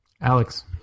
Alex